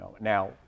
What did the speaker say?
now